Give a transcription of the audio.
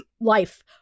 life